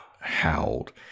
howled